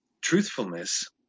truthfulness